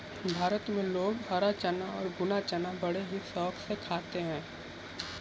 भारत में लोग हरा चना और भुना चना बड़े ही शौक से खाते हैं